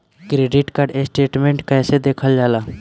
Credit card statement कइसे देखल जाला?